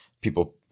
people –